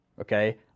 Okay